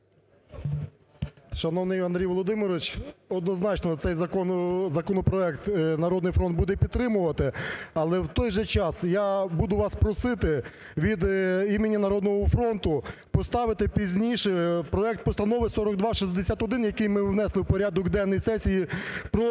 Шановний Андрій Володимирович, однозначно, цей законопроект "Народний фронт" буде підтримувати. Але в той же час, я буду вас просити від імені "Народного фронту" поставити пізніше проект Постанови 4261, який ми внесли у порядок денний сесії про